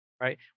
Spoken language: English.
right